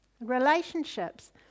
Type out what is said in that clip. relationships